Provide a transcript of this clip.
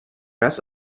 raz